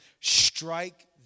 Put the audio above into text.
strike